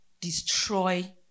destroy